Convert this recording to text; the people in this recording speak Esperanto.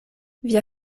via